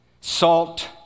salt